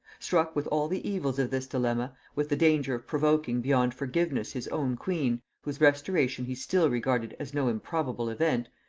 struck with all the evils of this dilemma with the danger of provoking beyond forgiveness his own queen, whose restoration he still regarded as no improbable event,